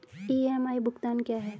EMI भुगतान क्या है?